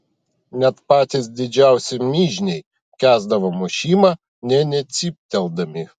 net patys didžiausi mižniai kęsdavo mušimą nė necypteldami